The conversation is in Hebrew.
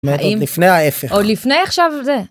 אומרת עוד לפני ההפך. עוד לפני עכשיו זה.